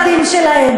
באופן אוניברסלי,